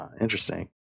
interesting